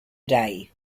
day